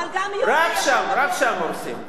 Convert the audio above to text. אבל גם יהודי יכול, רק שם הורסים.